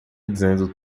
dizendo